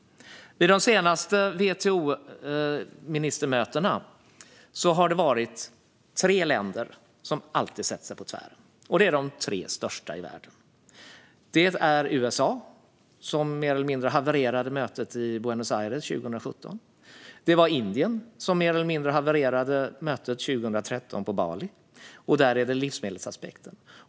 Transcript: Vid de senaste WTO-ministermötena har det varit tre länder som alltid satt sig på tvären. Det är de tre största i världen. Det första är USA, som mer eller mindre fick mötet i Buenos Aires 2017 att haverera. Det andra är Indien, som mer eller mindre fick mötet på Bali 2013 att haverera. Där gäller det livsmedelsaspekten.